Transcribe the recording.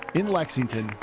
in lexington,